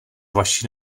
vaši